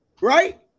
right